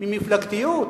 ממפלגתיות.